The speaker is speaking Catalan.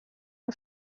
han